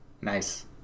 Nice